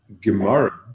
Gemara